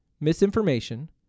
misinformation